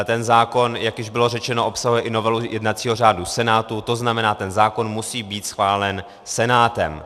Ten zákon, jak již bylo řečeno, obsahuje i novelu jednacího řádu Senátu, to znamená, ten zákon musí být schválen Senátem.